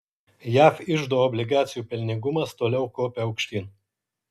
jav iždo obligacijų pelningumas toliau kopia aukštyn